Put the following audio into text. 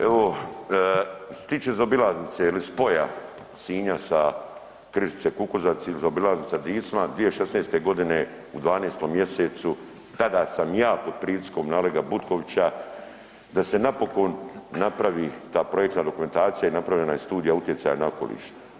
Evo, što se tiče zaobilaznice ili spoja Sinja sa Križice-Kukuzovac ili zaobilaznice Dicma 2016. godine u 12. mjesecu ta sa ja pod pritiskom Olega Butkovića da se napokon napravi ta projektna dokumentacija i napravljena je studija utjecaja na okoliš.